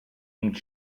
ink